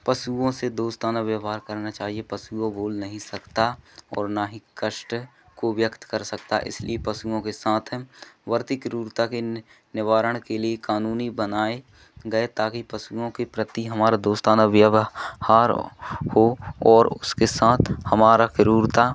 पशुओं से दोस्ताना व्यवहार करना चाहिए पशुओं बोल नहीं सकता और न ही कष्ट को व्यक्त कर सकता इसलिए पशुओं के साथ बढ़ती क्रूरता के नि निवारण के लिए कानूनी बनाए गए ताकि पशुओं के प्रति हमारा दोस्ताना व्यव हार हो और उसके साथ हमारा क्रूरता